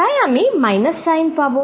তাই আমি minus sign পাব